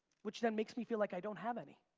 which then makes me feel like i don't have any.